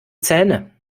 zähne